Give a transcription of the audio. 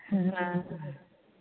हाँ